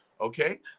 okay